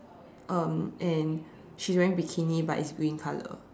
um and she's wearing bikini but it's green color